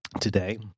today